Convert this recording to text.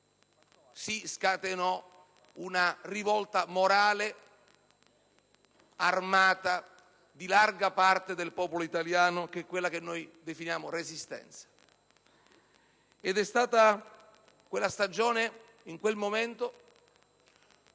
si scatenò una rivolta morale e armata di larga parte del popolo italiano, che noi definiamo Resistenza. È stato in quella stagione, in quel momento,